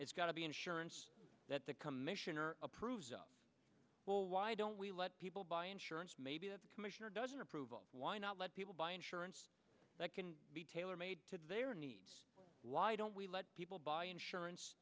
it's got to be insurance that the commissioner approves of well why don't we let people buy insurance maybe the commissioner doesn't approval why not let people buy insurance that can be tailor made to their needs why don't we let people buy insurance